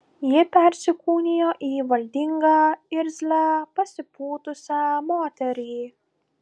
ji persikūnijo į valdingą irzlią pasipūtusią moterį